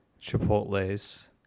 chipotles